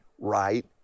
right